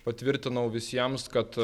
patvirtinau visiems kad